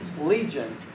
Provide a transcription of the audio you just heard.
Legion